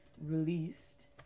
released